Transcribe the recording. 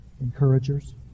encouragers